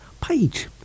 page